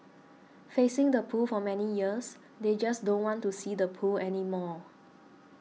facing the pool for many years they just don't want to see the pool anymore